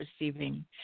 receiving